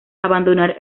abandonar